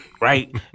Right